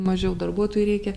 mažiau darbuotojų reikia